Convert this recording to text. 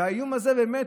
והאיום הזה באמת,